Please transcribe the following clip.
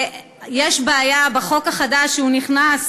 יש בעיה בחוק החדש שנכנס